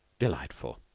delightful.